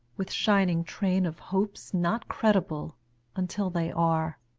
with shining train of hopes not credible until they are.